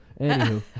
Anywho